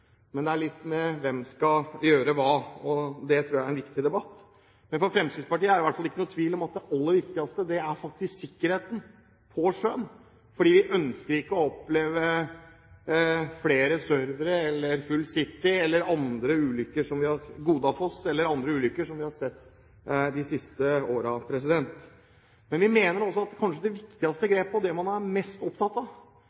men det handler litt om hvem skal gjøre hva. Det tror jeg er en viktig debatt. For Fremskrittspartiet er det i hvert fall ikke noen tvil om at det aller viktigste er sikkerheten på sjøen. Vi ønsker ikke å oppleve flere «Server», «Full City», «Godafoss» eller andre ulykker som vi har sett de siste årene. Vi mener også at kanskje det viktigste